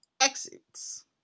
exits